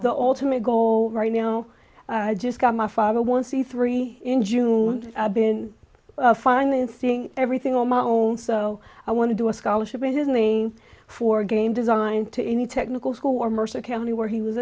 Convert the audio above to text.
the ultimate goal right now i just got my father wants the three in june been financing everything on my own so i want to do a scholarship in his name for game design to any technical school or mercer county where he was